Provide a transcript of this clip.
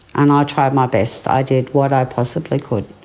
and i tried my best, i did what i possibly could.